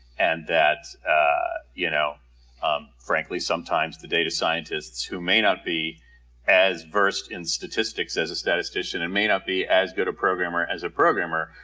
and that you know um frankly, sometimes the data scientists who may not be as versed in statistics as a statistician. and may not be as good a programmer as a programmer,